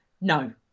no